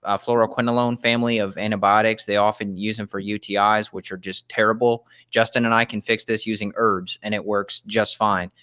ah fluoroquinolone family of antibiotics, they often use em for uti's which are just terrible. justin and i can fix these using herbs and it works just fine,